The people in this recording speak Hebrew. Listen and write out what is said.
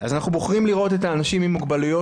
אז אנחנו בוחרים לראות את האנשים עם המוגבלויות,